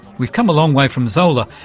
we've come a long way from zola,